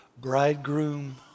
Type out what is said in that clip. bridegroom